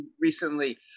recently